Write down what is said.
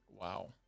Wow